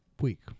week